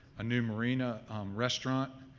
a new marina restaurant